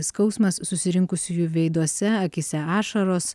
skausmas susirinkusiųjų veiduose akyse ašaros